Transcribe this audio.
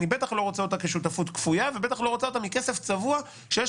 אבל אני לא רוצה שותפות כפויה מכסף צבוע שיש